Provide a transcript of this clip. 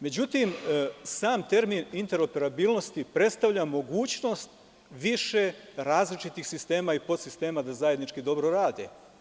Međutim, sam termin interoperabilnost predstavlja mogućnost više različitih sistema i podsistema da zajednički dobro rade.